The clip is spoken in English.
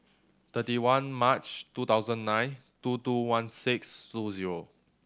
thirty one March two thousand and nine two two one six two zero